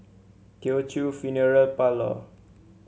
Teochew Funeral Parlour